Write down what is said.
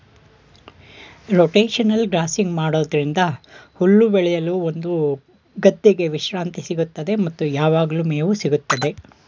rotational grazing ಮಾಡೋದ್ರಿಂದ ಹುಲ್ಲು ಬೆಳೆಯಲು ಒಂದು ಗದ್ದೆಗೆ ವಿಶ್ರಾಂತಿ ಸಿಗುತ್ತದೆ ಮತ್ತು ಯಾವಗ್ಲು ಮೇವು ಸಿಗುತ್ತದೆ